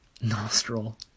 Nostril